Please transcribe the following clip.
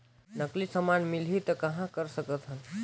नकली समान मिलही त कहां कर सकथन?